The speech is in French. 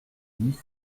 dix